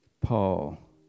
Paul